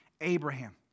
abraham